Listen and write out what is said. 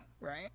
right